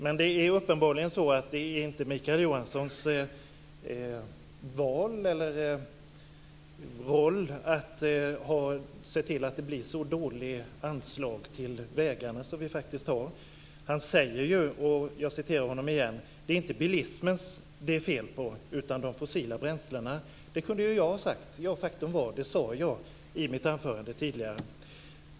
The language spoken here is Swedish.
Men det är uppenbarligen inte Mikael Johanssons val, eller roll, att se till att det blir ett så dåligt anslag till vägarna som vi faktiskt har. Han säger ju: "Det är inte bilismen det är fel på utan de fossila bränslena." Det kunde ju jag ha sagt! Faktum är att jag också sade det i mitt anförande tidigare.